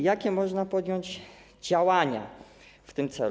Jakie można podjąć działania w tym celu?